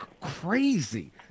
crazy